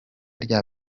rya